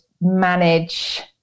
manage